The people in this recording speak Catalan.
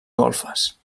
golfes